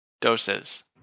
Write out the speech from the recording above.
doses